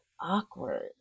awkward